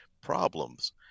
problems